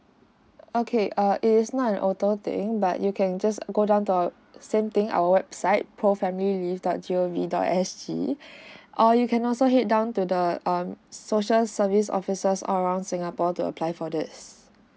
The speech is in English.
okay err it's not an auto thing but you can just go down to our same thing our website pro family leave dot gov dot S G or you can also head down to the um social service offices all around singapore to apply for this